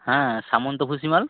হ্যাঁ সামন্ত ভূষিমাল